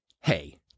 hey